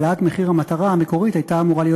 העלאת מחיר המטרה המקורית הייתה אמורה להיות